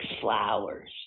flowers